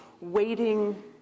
waiting